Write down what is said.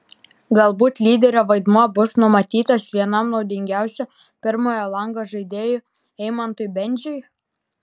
galbūt lyderio vaidmuo bus numatytas vienam naudingiausių pirmojo lango žaidėjų eimantui bendžiui